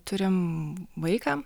turim vaiką